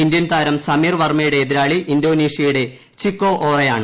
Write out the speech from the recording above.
Indian താരം സമീർ വർമ്മയുടെ എതിരാളി ഇന്തോനേഷ്യയുടെ ചിക്കോ ഓറയാണ്